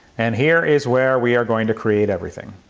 and here is where we are going to create everything.